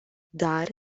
dar